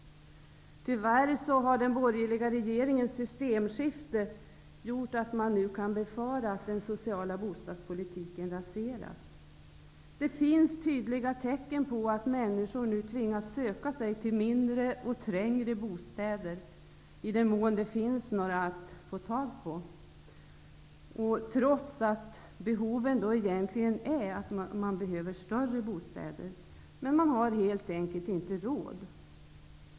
Tyvärr har den borgerliga regeringens systemskifte gjort att man nu kan befara att den sociala bostadspolitiken raseras. Det finns tydliga tecken på att människor nu tvingas söka sig till mindre och trängre bostäder, i den mån det finns några sådana att få tag på, trots att man egentligen behöver större bostäder. Men man har helt enkelt inte råd.